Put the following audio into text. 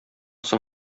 соң